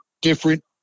different